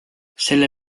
selle